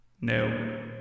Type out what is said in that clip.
No